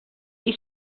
qui